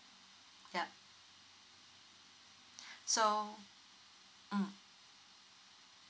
yup so mm